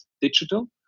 digital